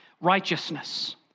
Righteousness